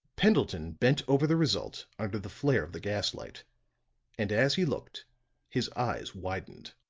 pendleton bent over the result under the flare of the gas light and as he looked his eyes widened.